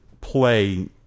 play